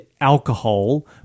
alcohol